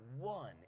one